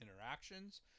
interactions